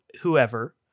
whoever